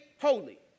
holy